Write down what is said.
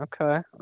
Okay